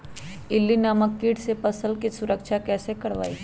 इल्ली नामक किट से फसल के सुरक्षा कैसे करवाईं?